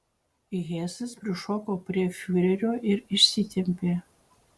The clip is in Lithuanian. hesas prišoko prie fiurerio ir išsitempė